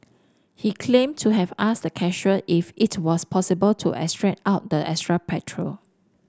he claimed to have asked the cashier if it was possible to extract out the extra petrol